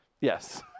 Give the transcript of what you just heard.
Yes